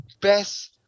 best